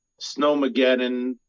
snowmageddon